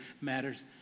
matters